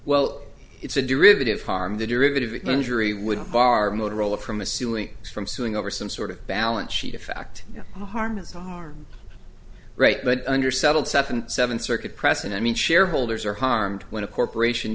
well it's a derivative harm the derivative injury wouldn't bar motorola from a suing us from suing over some sort of balance sheet of fact the harm is right but under settled seven seven circuit press and i mean shareholders are harmed when a corporation